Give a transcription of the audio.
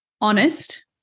honest